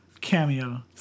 cameo